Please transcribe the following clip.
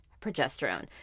progesterone